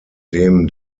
dem